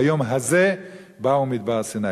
ביום הזה באו מדבר סיני".